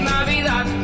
Navidad